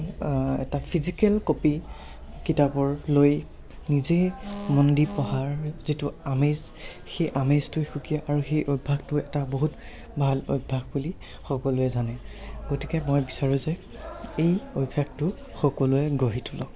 এটা physical copy কিতাপৰ লৈ নিজেই মন দি পঢ়াৰ যিটো আমেজ সেই আমেজটোৱে সুকীয়া আৰু সেই অভ্যাসটো এটা বহুত ভাল অভ্যাস বুলি সকলোৱে জানে গতিকে মই বিচাৰোঁ যে এই অভ্যাসটো সকলোৱে গঢ়ি তোলক